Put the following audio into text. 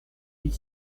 huit